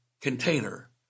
container